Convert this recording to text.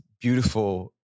beautiful